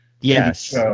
Yes